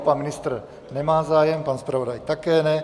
Pan ministr nemá zájem, pan zpravodaj také ne.